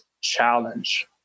challenge